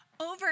over